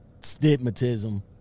stigmatism